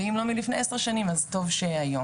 ואם לא מלפני עשר שנים אז טוב שהיום.